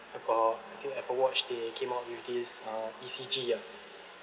about I think Apple watch they came out with this uh E_C_G ah